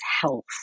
health